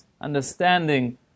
understanding